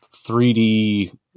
3D